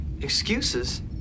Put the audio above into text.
Excuses